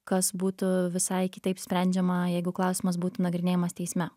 kas būtų visai kitaip sprendžiama jeigu klausimas būtų nagrinėjamas teisme